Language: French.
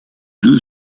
deux